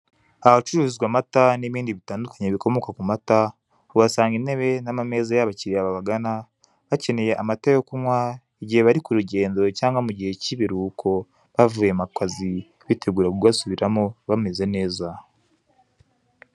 Ahacururizwa amata n'ibindi bitandukanye bikomoka ku mata, uhasanga intebe n'amameza y'abakiriya babagana, bakeneye amata yo kunywa igihe bari kurugendo cyangwa mu gihe cy'ibiruhuko bavuye mukazi bitegura kugasubiramo bameze neza.